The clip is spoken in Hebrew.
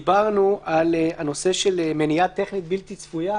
דיברנו על הנושא של מניעה טכנית בלתי צפויה,